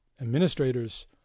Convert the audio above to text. administrators